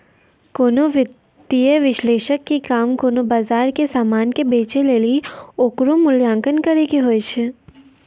कोनो वित्तीय विश्लेषक के काम कोनो बजारो के समानो के बेचै लेली ओकरो मूल्यांकन करै के होय छै